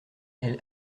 elle